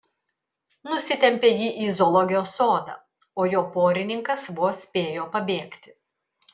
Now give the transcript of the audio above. nusitempė jį į zoologijos sodą o jo porininkas vos spėjo pabėgti